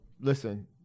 listen